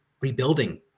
rebuilding